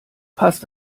passt